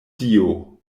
dio